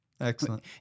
excellent